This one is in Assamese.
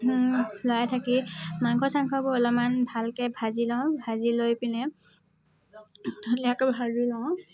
লৰাই থাকি মাংস চাংসবোৰ অলপমন ভালকৈ ভাজি লওঁ ভাজি লৈ পিনে ধুনীয়াকৈ ভাজি লওঁ